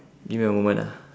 give me a moment ah